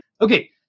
Okay